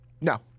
No